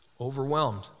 overwhelmed